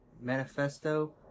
Manifesto